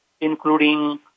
including